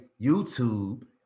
YouTube